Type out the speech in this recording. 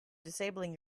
disabling